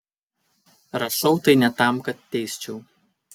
rašau tai ne tam kad teisčiau